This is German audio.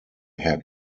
herr